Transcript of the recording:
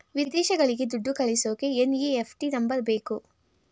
ವಿದೇಶಗಳಿಗೆ ದುಡ್ಡು ಕಳಿಸೋಕೆ ಎನ್.ಇ.ಎಫ್.ಟಿ ನಂಬರ್ ಬೇಕು